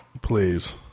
Please